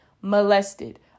molested